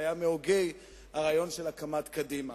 והיה מהוגי הרעיון של הקמת קדימה,